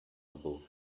above